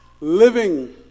living